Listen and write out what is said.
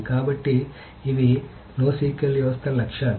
కాబట్టి ఇవి NoSQL వ్యవస్థల లక్ష్యాలు